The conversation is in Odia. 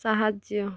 ସାହାଯ୍ୟ